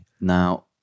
now